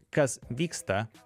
kas vyksta